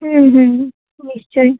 হুম হুম হুম নিশ্চয়ই